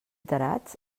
tarats